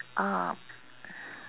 uh